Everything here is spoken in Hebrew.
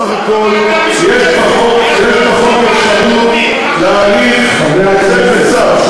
בסך הכול יש בחוק אפשרות להליך, אז תירשם.